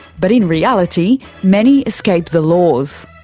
but in reality, many escape the laws.